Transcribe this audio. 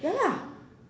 ya lah